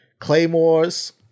Claymore's